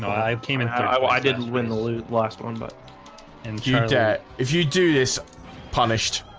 i've came in. i didn't win the last one. but and yet if you do this punished